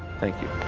thank you.